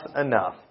enough